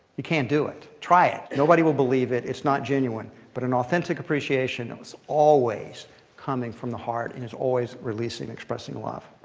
you can't do it. try it. nobody will believe it. it's not genuine. but an authentic appreciation ah is always coming from the heart and is always releasing, expressing love.